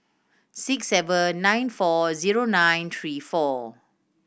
six seven nine four zero nine three four